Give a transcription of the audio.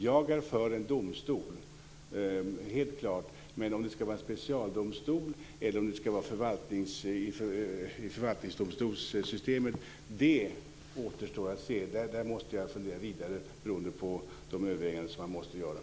Jag är för en domstol, helt klart, men om det ska vara en specialdomstol eller om det ska ske i förvaltningsdomstolssystemet återstår att se. Detta måste jag fundera vidare på beroende på de överväganden som måste göras.